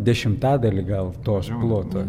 dešimtadalį gal tos ploto